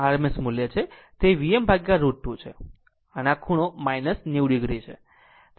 આ RMS મૂલ્ય છે તે vm √ 2 છે અને આ એક પણ આ ખૂણો 90 o છે